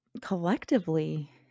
collectively